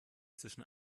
zwischen